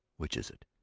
which is it?